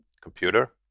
computer